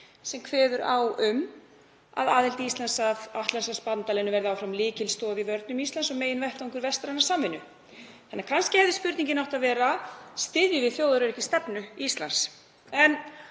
sem kveður á um að aðild Íslands að Atlantshafsbandalaginu verði áfram lykilstoð í vörnum Íslands og meginvettvangur vestrænnar samvinnu. Þannig að kannski hefði spurningin átti að vera: Styðjum við þjóðaröryggisstefnu Íslands?